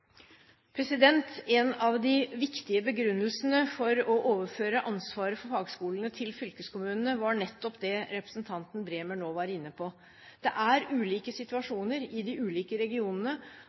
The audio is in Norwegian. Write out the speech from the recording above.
En av de viktige begrunnelsene for å overføre ansvaret for fagskolene til fylkeskommunene var nettopp det representanten Bremer nå var inne på; det er ulike situasjoner i de ulike regionene.